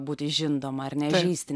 būti žindoma ar ne žįsti